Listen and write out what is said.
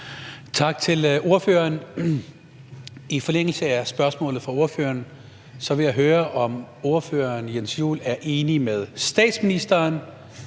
Tak til ordføreren. I forlængelse af spørgsmålet fra ordføreren vil jeg høre, om ordføreren, Jens Joel, er enig med statsministeren,